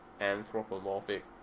anthropomorphic